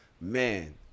Man